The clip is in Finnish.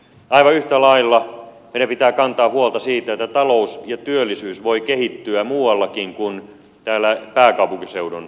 aivan yhtä lailla meidän pitää kantaa huolta siitä että talous ja työllisyys voivat kehittyä muuallakin kuin täällä pääkaupunkiseudun kasvukeskuksissa